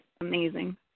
amazing